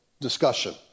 discussion